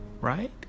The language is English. right